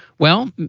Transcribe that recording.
well,